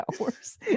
hours